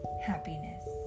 happiness